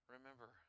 remember